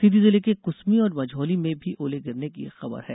सीधी जिले के कुसमी और मझौली में भी ओले गिरने की खगर है